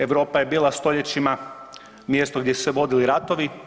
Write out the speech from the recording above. Europa je bila stoljećima mjesto gdje su se vodili ratovi.